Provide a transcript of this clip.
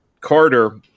Carter